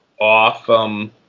off